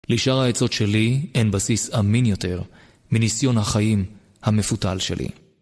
לשאר העצות שלי אין בסיס אמין יותר מניסיון החיים המפותל שלי.